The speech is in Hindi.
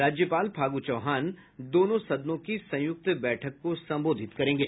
राज्यपाल फागू चौहान दोनों सदनों की संयुक्त बैठक को संबोधित करेंगे